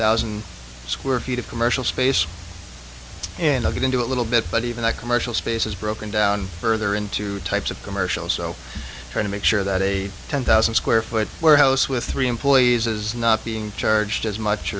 thousand square feet of commercial space and i get into a little bit but even that commercial space is broken down further into types of commercial so trying to make sure that a ten thousand square foot warehouse with three employees is not being charged as much